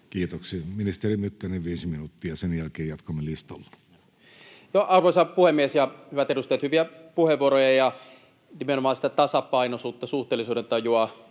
Kiitoksia. — Ministeri Mykkänen, viisi minuuttia. Sen jälkeen jatkamme listalla. Arvoisa puhemies ja hyvät edustajat! Hyviä puheenvuoroja ja nimenomaan sitä tasapainoisuutta, suhteellisuudentajua,